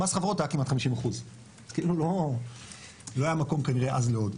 מס החברות היה כמעט 50%. לא היה מקום כנראה אז לעוד.